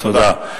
תודה.